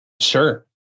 Sure